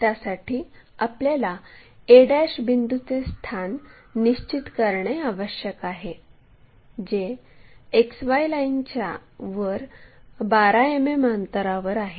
त्यासाठी आपल्याला a बिंदूचे स्थान निश्चित करणे आवश्यक आहे जे XY लाईनच्या वर 12 मिमी अंतरावर आहे